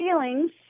feelings